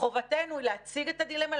חובתנו להציג את הדילמה,